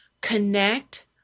connect